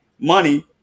money